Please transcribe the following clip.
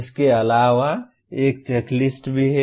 इसके अलावा एक चेकलिस्ट भी है